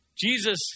Jesus